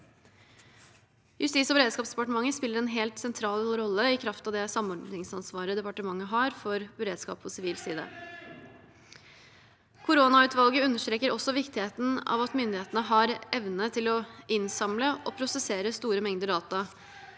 Justis- og beredskapsdepartementet spiller en helt sentral rolle i kraft av det samordningsansvaret departementet har for beredskap på sivil side. Koronautvalget understreker også viktigheten av at myndighetene har evne til å innsamle og prosessere store mengder data,